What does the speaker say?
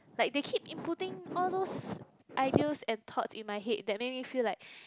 like they keep inputting all those ideas and thoughts in my head that make me feel like